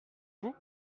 vous